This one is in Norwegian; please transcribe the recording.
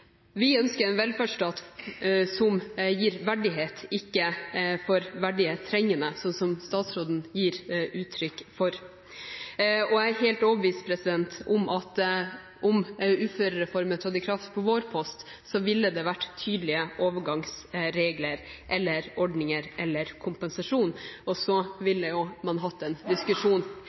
Vi ønsker en velferdsstat som gir verdighet, ikke for verdig trengende, slik statsråden gir uttrykk for. Jeg er helt overbevist om at om uførereformen trådte i kraft på vår post, ville det vært tydelige overgangsregler, ordninger eller kompensasjon. Så ville man hatt en diskusjon om hvor langt de skulle gå. Mitt spørsmål er: I og